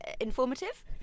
informative